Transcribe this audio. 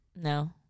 No